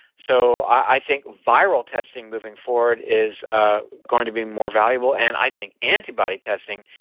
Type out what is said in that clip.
so i think viral testing moving forward is ah going to be more valuable and i think antibody testing